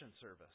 service